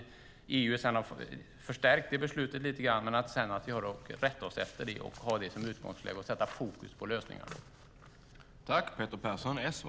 Sedan har EU förstärkt detta beslut lite grann. Men vi får rätta oss efter det, ha det som utgångsläge och sätta fokus på lösningarna.